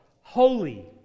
Holy